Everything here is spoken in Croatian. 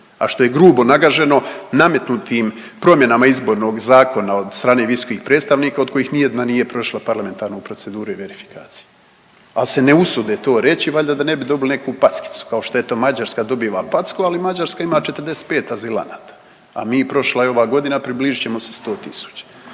a što je grubo nagaženo nametnutim promjenama izbornog zakona od strane visokih predstavnika od kojih ni jedna nije prošla parlamentarnu proceduru i verifikaciju, al se ne usude to reći valjda da ne bi dobili neku packicu kao što eto Mađarska dobiva packu, ali Mađarska ima 45 azilanata, a mi prošla je ova godina približit ćemo se 100 tisuća.